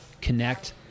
connect